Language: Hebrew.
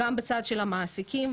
גם בצד של המעסיקים,